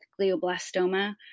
glioblastoma